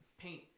Paint